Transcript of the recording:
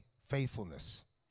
faithfulness